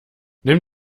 nimm